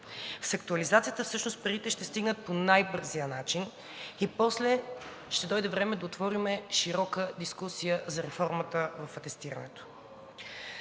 С актуализацията всъщност парите ще стигнат по най-бързия начин и после ще дойде време да отворим широка дискусия за реформата в атестирането.